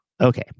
Okay